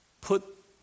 put